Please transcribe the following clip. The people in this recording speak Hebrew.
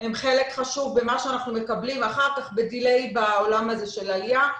הם חלק חשוב במה שאנחנו מקבלים אחר כך בדיליי בעולם הזה של עלייה.